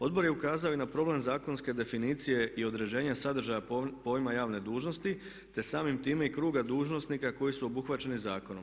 Odbor je ukazao i na problem zakonske definicije i određenja sadržava pojma javne dužnosti te samim time i kruga dužnosnika koji su obuhvaćeni zakonom.